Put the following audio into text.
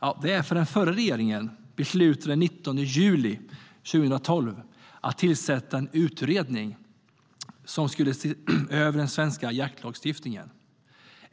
Jo, det är för att den förra regeringen den 19 juli 2012 beslutade att tillsätta en utredning som skulle se över den svenska jaktlagstiftningen.